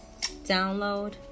download